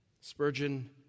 Spurgeon